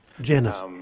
Janice